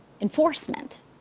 enforcement